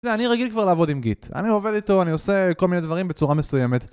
אני רגיל כבר לעבוד עם גיט, אני עובד איתו, אני עושה כל מיני דברים בצורה מסוימת